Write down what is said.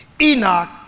Enoch